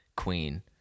Queen